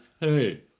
hey